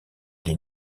les